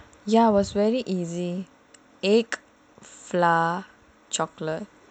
ya it was very easy egg flour chocolate